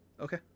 Okay